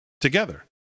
together